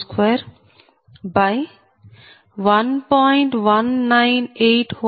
782620